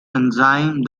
enzyme